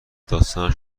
داستانش